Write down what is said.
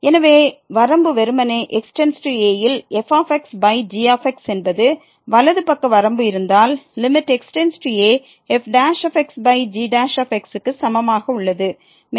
எனவே வரம்பு வெறுமனே x→a ல் fg என்பது வலதுபக்க வரம்பு இருந்தால் fg க்கு சமமாக உள்ளது